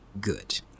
good